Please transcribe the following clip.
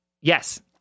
yes